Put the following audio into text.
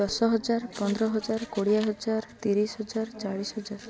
ଦଶ ହଜାର ପନ୍ଦର ହଜାର କୋଡ଼ିଏ ହଜାର ତିରିଶି ହଜାର ଚାଳିଶି ହଜାର